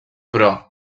però